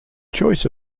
choice